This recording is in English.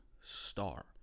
star